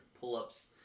pull-ups